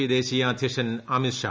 P ദേശീയ അദ്ധ്യക്ഷൻ അമിത്ഷാ